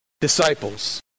disciples